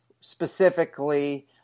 specifically